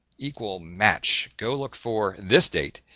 equal match, go look for this date,